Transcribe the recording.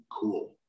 cool